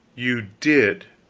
you did!